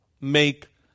make